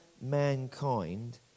mankind